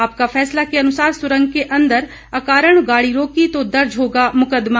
आपका फैसला के अनुसार सुरंग के अंदर अकारण गाड़ी रोकी तो दर्ज होगा मुकद्मा